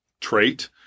trait